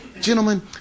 Gentlemen